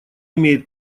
имеет